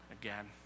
again